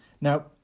now